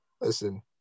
Listen